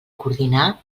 coordinar